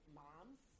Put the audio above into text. moms